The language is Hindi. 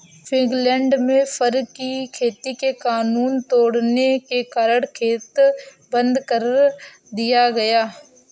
फिनलैंड में फर की खेती के कानून तोड़ने के कारण खेत बंद कर दिया गया